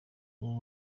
ubu